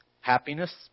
Happiness